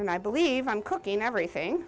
and i believe i'm cooking everything